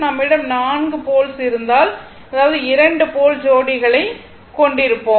நம்மிடம் 4 போல்ஸ் இருந்தால் அதாவது 2 போல் ஜோடிகளைக் கொண்டிருப்போம்